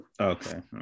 Okay